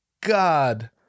God